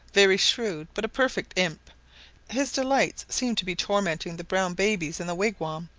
very shrewd, but a perfect imp his delight seems to be tormenting the brown babies in the wigwam,